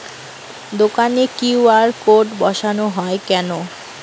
দোকানে QR code বসানো হয় কেন?